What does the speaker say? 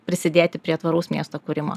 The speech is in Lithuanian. prisidėti prie tvaraus miesto kūrimo